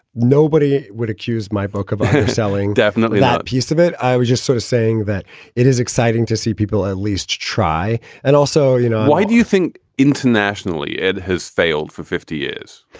nobody would accuse my book of selling definitely ah a piece of it. i was just sort of saying that it is exciting to see people at least try and also, you know, why do you think internationally it has failed for fifty years?